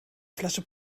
flasche